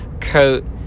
coat